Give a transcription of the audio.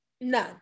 no